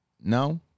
No